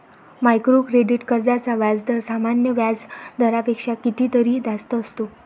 micro credit कर्जांचा व्याजदर सामान्य व्याज दरापेक्षा कितीतरी जास्त असतो